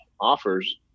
offers